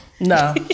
No